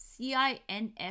CINF